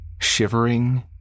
shivering